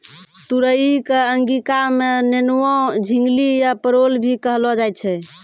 तुरई कॅ अंगिका मॅ नेनुआ, झिंगली या परोल भी कहलो जाय छै